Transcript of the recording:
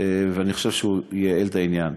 ואני חושב שהוא ייעל את העניין.